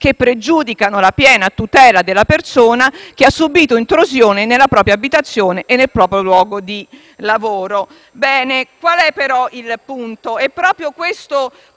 che pregiudicano la piena tutela della persona che ha subìto intrusione nella propria abitazione e nel proprio luogo di lavoro». Qual è, però, il punto? È proprio il